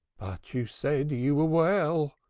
you said you were well,